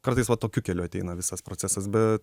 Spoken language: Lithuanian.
kartais va tokiu keliu ateina visas procesas be